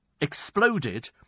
exploded